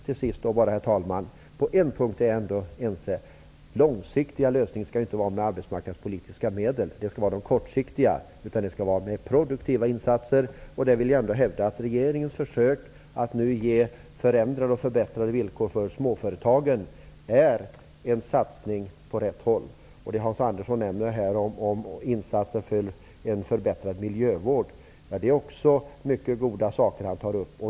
Till sist är jag överens med Hans Andersson på en punkt. Långsiktiga lösningar skall inte bekostas med arbetsmarknadspolitiska medel -- det gäller enbart de kortsiktiga -- utan det måste till produktiva insatser. Jag vill hävda att regeringens försök att nu ge förändrade och förbättrade villkor för småföretagen är en satsning i rätt riktning. Hans Andersson talade om insatser för en förbättrad miljövård, och det är också mycket goda förslag.